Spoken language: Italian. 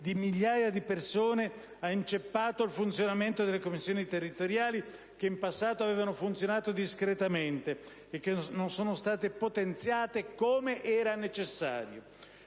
di migliaia di persone ha inceppato il funzionamento delle commissioni territoriali, che in passato avevano funzionato discretamente e che non sono state potenziate come era necessario.